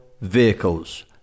Vehicles